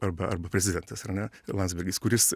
arba arba prezidentas ar ne landsbergis kuris